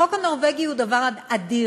החוק הנורבגי הוא דבר אדיר,